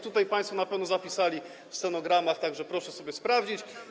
Tutaj państwo na pewno zapisali to w stenogramie, tak że proszę sobie to sprawdzić.